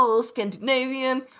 Scandinavian